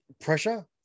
pressure